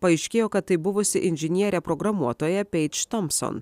paaiškėjo kad tai buvusi inžinierė programuotoja peidž tompson